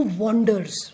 wonders